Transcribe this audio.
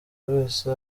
wese